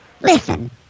listen